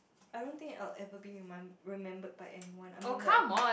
I don't think I'll ever be remem~ remembered by anyone I mean like